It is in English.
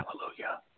Hallelujah